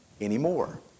anymore